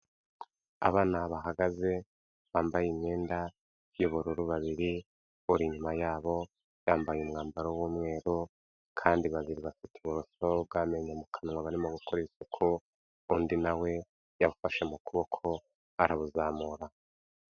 Abana bahagaze bambaye imyenda y'ubururu babiri, uri inyuma yabo yambaye umwambaro w'umweru kandi babiri bafite uburoso bw'amenyo mu kanwa barimo gukora isuku, undi nawe yabufashe mu kuboko arabuzamura.